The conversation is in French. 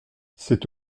c’est